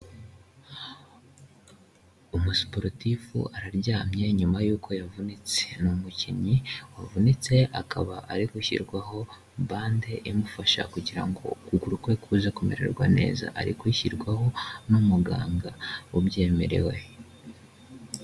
Umusiporutifu araryamye nyuma y'uko yavunitse, ni umukinnyi wavunitse, akaba ari gushyirwaho bande imufasha kugira ngo ukuguru kwe kuze kumererwa neza, ari guyishyirwaho n'umuganga ubyemerewe.